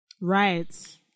Right